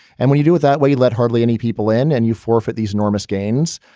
and when you do it that way, you let hardly any people in and you forfeit these enormous gains.